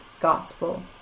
gospel